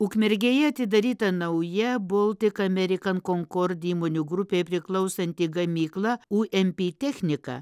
ukmergėje atidaryta nauja boltik amerikan konkord įmonių grupei priklausanti gamykla u em py technika